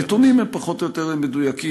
הנתונים הם פחות או יותר מדויקים,